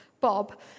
Bob